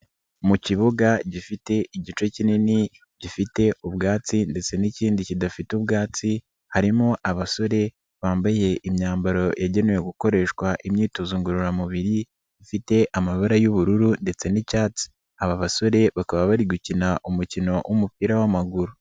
Mu kibuga gifite igice kinini gifite ubwatsi ndetse n'ikindi kidafite ubwatsi harimo abasore bambaye imyambaro yagenewe gukoreshwa imyitozo ngororamubiri ifite amabara y'ubururu ndetse n'icyatsi aba basore bakaba bari gukina umukino w'umupira w'amaguru.